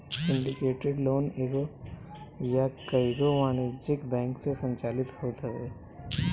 syndicated loan एगो या कईगो वाणिज्यिक बैंक से संचालित होत हवे